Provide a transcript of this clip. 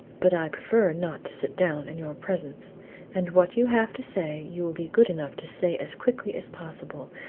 but i prefer not to sit down in your presence and what you have to say, you will be good enough to say as quickly as possible,